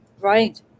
Right